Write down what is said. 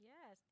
Yes